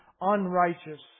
unrighteous